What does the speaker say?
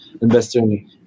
investing